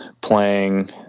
playing